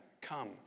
come